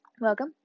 welcome